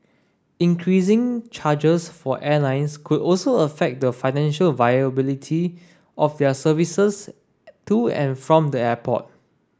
increasing charges for airlines could also affect the financial viability of their services to and from the airport